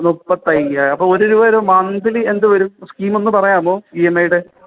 മുപ്പത്തയ്യായിരം അപ്പോൾ ഒരു രൂപ തരുമ്പോൾ മന്തിലി എന്ത് വരും സ്കീമൊന്നു പറയാമോ ഇ എം ഐടെ